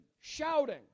shouting